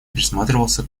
присматривался